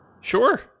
Sure